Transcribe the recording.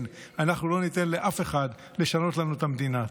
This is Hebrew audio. כן, אנחנו לא ניתן לאף אחד לשנות לנו את המדינה.